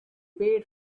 paid